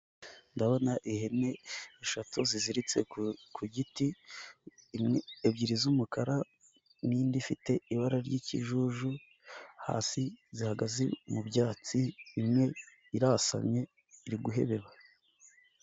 Ndabona ihene eshatu ziziritse ku giti, ebyiri z'umukara n'indi ifite ibara ry'ikijuju, hasi zihagaze mu byatsi imwe irasamye iri guhebeba.